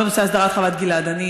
בנושא הסדרת חוות גלעד: אני,